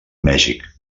mèxic